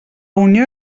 unió